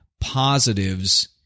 positives